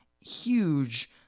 huge